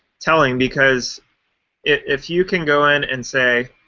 telling, because if you can go in and say,